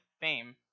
Fame